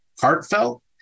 heartfelt